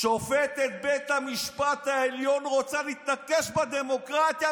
שופטת בית המשפט העליון רוצה להתנקש בדמוקרטיה,